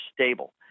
stable